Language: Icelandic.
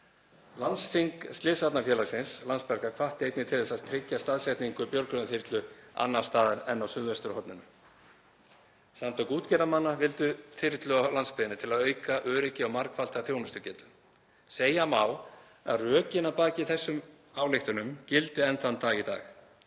Landsþing Slysavarnafélagsins Landsbjargar hvatti einnig til þess að tryggja staðsetningu björgunarþyrlu annars staðar en á suðvesturhorninu. Samtök útgerðarmanna vildu þyrlu á landsbyggðinni til að auka öryggi og margfalda þjónustugetu. Segja má að rökin að baki þessum ályktunum gildi enn þann dag í dag.